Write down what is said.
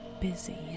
busy